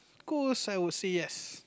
ghost I would say yes